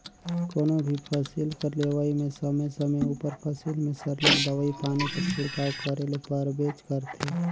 कोनो भी फसिल कर लेवई में समे समे उपर फसिल में सरलग दवई पानी कर छिड़काव करे ले परबेच करथे